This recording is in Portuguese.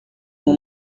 uma